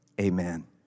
amen